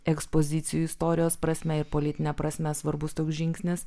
ekspozicijų istorijos prasme ir politine prasme svarbus toks žingsnis